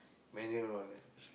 manual one especially